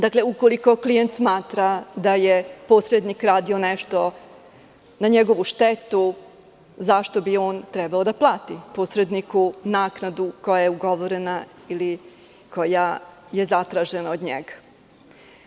Dakle, ukoliko klijent smatra da je posrednik radio nešto na njegovu štetu, zašto bi on trebao da plati posredniku naknadu koja je ugovorena ili koja je zatražena od njega.